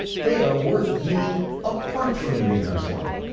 they are worth doing apart from greenhouse warming.